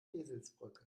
eselsbrücke